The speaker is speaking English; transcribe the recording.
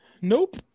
Nope